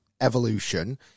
evolution